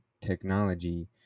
technology